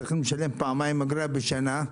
צריך לשלם פעמיים אגרה בשנה,